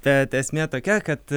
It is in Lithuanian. bet esmė tokia kad